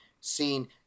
seen